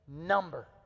number